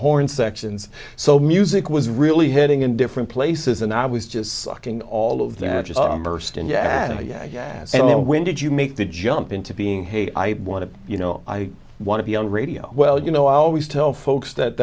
horn sections so music was really heading in different places and i was just sucking all of the burst and yeah yeah yeahs when did you make the jump into being hey i want to you know i want to be on radio well you know i always tell folks that